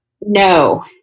No